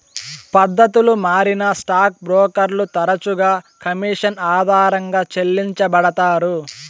పద్దతులు మారినా స్టాక్ బ్రోకర్లు తరచుగా కమిషన్ ఆధారంగా చెల్లించబడతారు